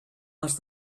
els